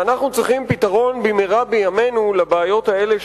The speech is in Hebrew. ואנחנו צריכים פתרון במהרה בימינו לבעיות האלה,